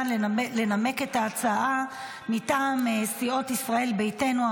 לנמק את ההצעה מטעם סיעות ישראל ביתנו,